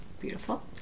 Beautiful